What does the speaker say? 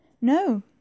No